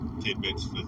tidbits